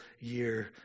year